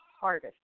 hardest